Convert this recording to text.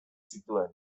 zituen